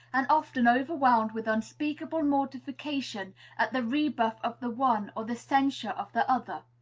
and often overwhelmed with unspeakable mortification at the rebuff of the one or the censure of the other.